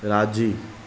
राज़ी